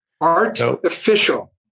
Artificial